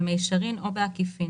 במישרין או בעקיפין,